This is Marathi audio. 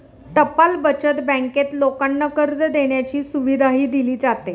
टपाल बचत बँकेत लोकांना कर्ज देण्याची सुविधाही दिली जाते